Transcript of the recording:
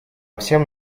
всем